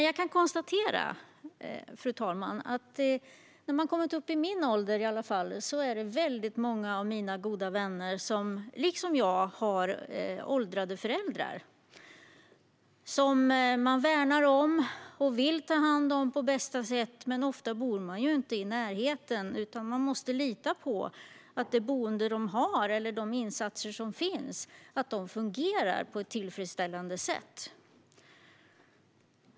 Jag kan konstatera, fru talman, att väldigt många av mina goda vänner som har kommit upp i min ålder liksom jag själv har åldrade föräldrar, som de värnar om och vill ta hand om på bästa sätt. Ofta bor de dock inte i närheten, utan de måste lita på att det boende som de har eller de insatser som finns fungerar på ett tillfredsställande sätt.